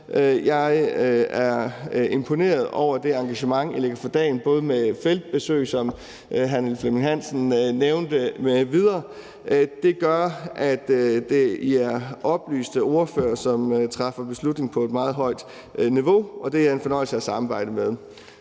Jeg er imponeret over det engagement, I lægger for dagen; der har været feltbesøg, som hr. Niels Flemming Hansen nævnte, m.v. Det gør, at I er oplyste ordførere, som træffer beslutninger på et meget højt niveau, og det er en fornøjelse at samarbejde med